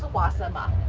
awesome um